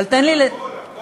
אבל תן לי, בגלל הקול?